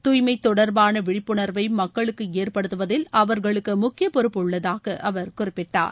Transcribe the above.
தூய்மை தொடர்பான விழிப்புணர்வை மக்களுக்கு ஏற்படுத்துவதில் அவர்களுக்கு முக்கிய பொறுப்பு உள்ளதாக அவர் குறிப்பிட்டார்